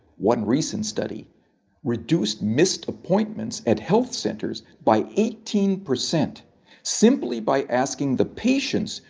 one recent study reduced missed appointments at health centers by eighteen percent simply by asking the patients,